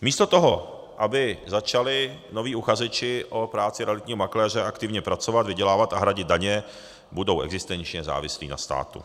Místo toho, aby začali noví uchazeči o práci realitního makléře aktivně pracovat, vydělávat a hradit daně, budou existenčně závislí na státu.